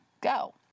go